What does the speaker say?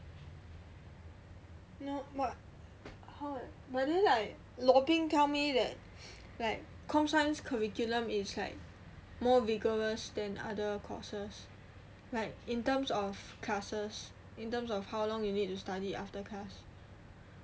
no but how eh but then like loh ping tell me that like com science curriculum is like more vigorous than other courses like in terms of classes in terms of how long you need to study after class